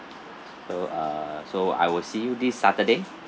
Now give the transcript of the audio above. so uh so I will see you this saturday